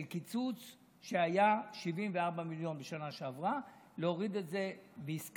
של קיצוץ שהיה 74 מיליון בשנה שעברה, והסכמנו